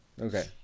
Okay